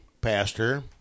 Pastor